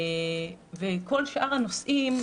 וכל שאר הנושאים,